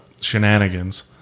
shenanigans